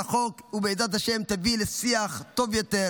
החוק ובעזרת השם היא תביא לשיח טוב יותר,